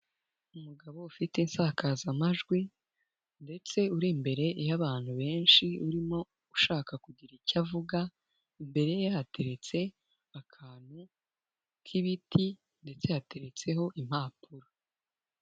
Umugabo ufite insakazamajwi ndetse uri imbere y'abantu benshi urimo ushaka kugira icyo avuga, imbere ye hateretse akantu k'ibiti ndetse hateretseho impapuro.